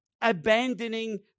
Abandoning